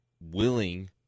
willing